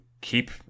keep